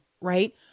right